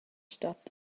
stat